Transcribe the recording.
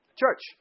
church